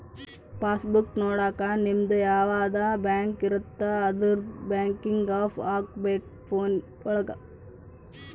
pass book ನೊಡಕ ನಿಮ್ಡು ಯಾವದ ಬ್ಯಾಂಕ್ ಇರುತ್ತ ಅದುರ್ ಬ್ಯಾಂಕಿಂಗ್ ಆಪ್ ಹಕೋಬೇಕ್ ಫೋನ್ ಒಳಗ